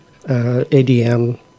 ADM